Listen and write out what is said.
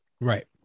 right